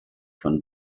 von